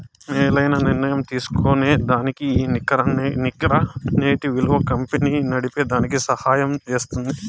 మేలైన నిర్ణయం తీస్కోనేదానికి ఈ నికర నేటి ఇలువ కంపెనీ నడిపేదానికి సహయం జేస్తుంది